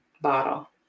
bottle